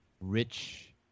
rich